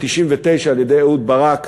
ב-1999 על-ידי אהוד ברק